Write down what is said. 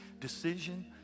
decision